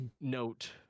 note